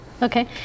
Okay